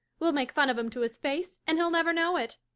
we'll make fun of him to his face and he'll never know it.